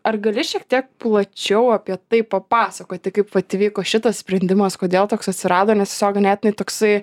ar gali šiek tiek plačiau apie tai papasakoti kaip vat įvyko šitas sprendimas kodėl toks atsirado nes tiesiog ganėtinai toksai